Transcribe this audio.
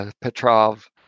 Petrov